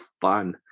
fun